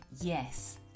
yes